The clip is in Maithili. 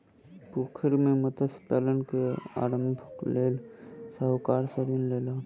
पोखैर मे मत्स्य पालन के आरम्भक लेल ओ साहूकार सॅ ऋण लेलैन